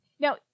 Now